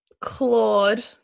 Claude